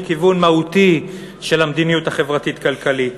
כיוון מהותי של המדיניות החברתית-כלכלית.